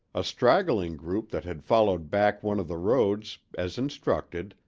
a straggling group that had followed back one of the roads, as instructed,